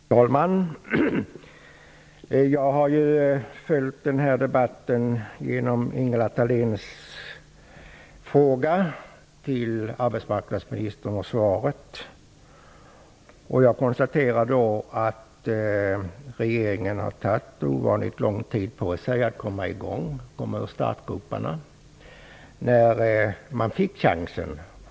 Herr talman! Jag har följt den här debatten genom Ingela Thaléns fråga till arbetsmarknadsministern och svaret på den. Jag kan konstatera att regeringen har tagit ovanligt lång tid på sig för att komma ur startgroparna.